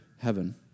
Heaven